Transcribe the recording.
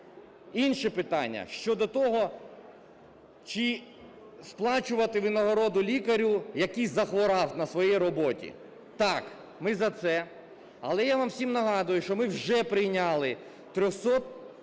Інше питання щодо того, чи сплачувати винагороду лікарю, який захворів на своїй роботі? Так, ми за це. Але я вам всім нагадую, що ми вже прийняли